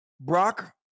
Brock